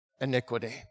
iniquity